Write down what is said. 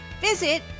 Visit